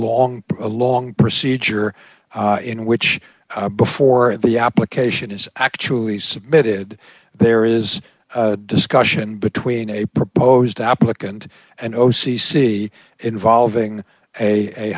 long a long procedure in which before the application is actually submitted there is a discussion between a proposed applicant and o c c involving a